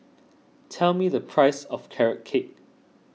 tell me the price of Carrot Cake